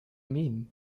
mean